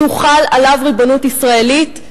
תוחל עליו ריבונות ישראלית,